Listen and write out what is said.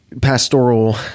pastoral